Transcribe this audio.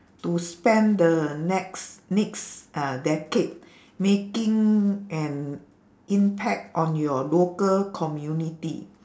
to spend the next next uh decade making an impact on your local community